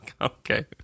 Okay